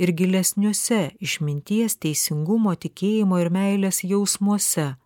ir gilesniuose išminties teisingumo tikėjimo ir meilės jausmuose